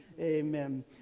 Amen